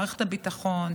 מערכת הביטחון,